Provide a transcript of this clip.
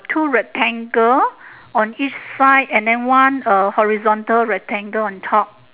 two rectangle on each side and then one uh horizontal rectangle on top